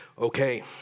Okay